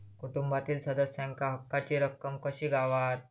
कुटुंबातील सदस्यांका हक्काची रक्कम कशी गावात?